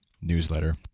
newsletter